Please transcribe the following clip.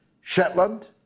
Shetland